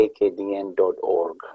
akdn.org